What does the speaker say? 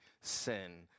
sin